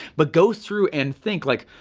but go through and think like,